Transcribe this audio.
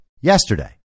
yesterday